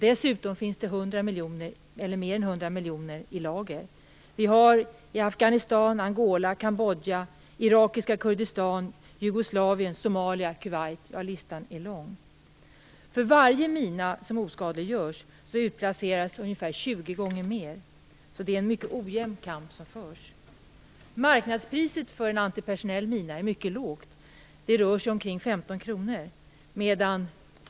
Dessutom finns det 100 miljoner eller mer i lager. De finns i Afghanistan, Angola, Kambodja, irakiska Kurdistan, Jugoslavien, Somalia och Kuwait - listan är lång. För varje mina som oskadliggörs utplaceras ungefär 20 gånger fler. Det är en mycket ojämn kamp som förs. Marknadspriset för en antipersonell mina är mycket lågt. Det rör sig omkring 15 kronor.